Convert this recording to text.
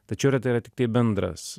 tačiau yra tai yra tiktai bendras